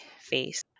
face